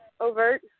overt